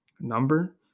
number